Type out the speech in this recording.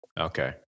Okay